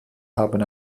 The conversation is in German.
haben